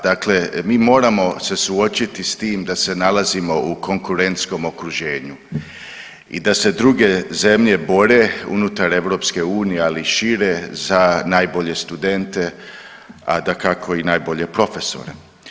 Dakle, mi moramo se suočiti s tim da se nalazimo u konkurentskom okruženju i da se druge zemlje bore unutar EU, ali i šire za najbolje studente ali dakako i najbolje profesore.